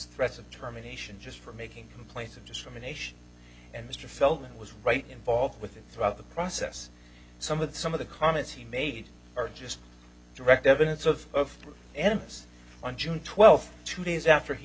threats of terminations just for making complaints of discrimination and mr felt was right involved with it throughout the process some of the some of the comments he made are just direct evidence of animists on june twelfth two days after he